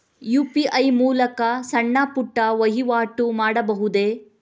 UPI ಮೂಲಕ ಸಣ್ಣ ಪುಟ್ಟ ವಹಿವಾಟು ಮಾಡಬಹುದೇ?